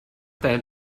deine